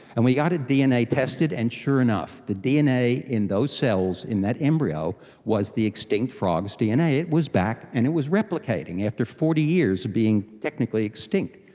and we got it dna tested, and sure enough the dna in those cells in that embryo was the extinct frogs' dna. it was back and it was replicating, after forty years of being technically extinct.